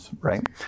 right